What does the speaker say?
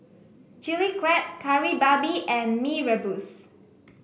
Chilli Crab Kari Babi and Mee Rebus